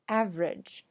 average